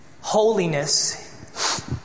Holiness